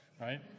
Right